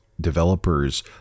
developers